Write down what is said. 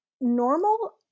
normal